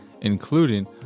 including